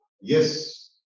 Yes